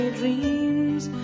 dreams